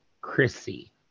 chrissy